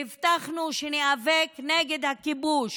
והבטחנו שניאבק נגד הכיבוש